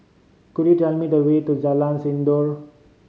could you tell me the way to Jalan Sindor